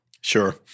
Sure